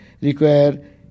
require